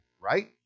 right